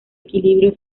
equilibrio